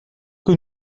que